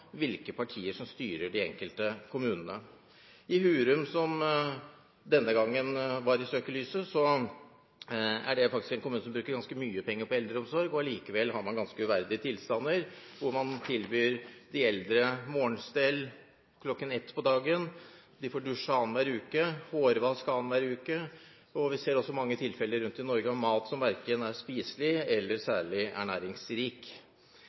hvilke partier som styrer de enkelte kommunene. Hurum, som denne gangen var i søkelyset, er faktisk en kommune som bruker ganske mye penger på eldreomsorg, men likevel har man ganske uverdige tilstander: Man tilbyr de eldre morgenstell klokken ett på dagen, og de får dusj og hårvask annenhver uke. Vi ser også mange tilfeller rundt i Norge av at det serveres mat som verken er spiselig eller særlig næringsrik.